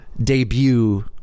debut